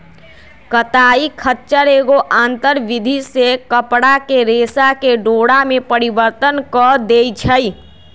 कताई खच्चर एगो आंतर विधि से कपरा के रेशा के डोरा में परिवर्तन कऽ देइ छइ